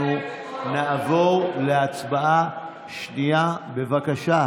נעבור להצבעה השנייה, בבקשה.